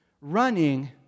running